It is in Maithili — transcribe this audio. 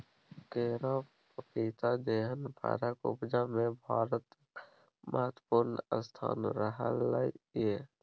केरा, पपीता जेहन फरक उपजा मे भारतक महत्वपूर्ण स्थान रहलै यै